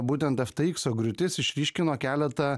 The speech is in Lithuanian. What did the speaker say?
būtent efteikso griūtis išryškino keletą